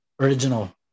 original